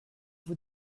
vous